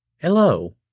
Hello